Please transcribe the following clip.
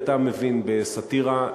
אתה מבין בסאטירה,